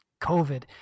COVID